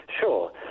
Sure